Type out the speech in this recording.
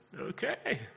Okay